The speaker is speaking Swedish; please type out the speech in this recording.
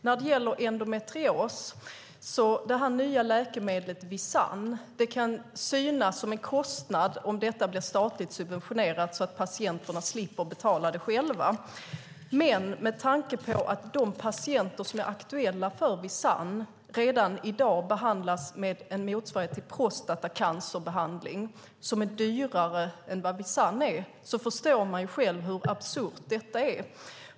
När det gäller endometrios kan det nya läkemedlet Visanne synas som en kostnad om det blir statligt subventionerat så att patienterna slipper betala det själva, men med tanke på att de patienter som är aktuella för Visanne redan i dag behandlas med en motsvarighet till prostatacancerbehandling som är dyrare än vad Visanne är förstår man själv hur absurt detta är.